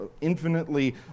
infinitely